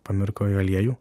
pamirko į aliejų